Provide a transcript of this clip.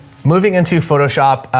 moving into photoshop.